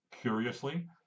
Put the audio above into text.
curiously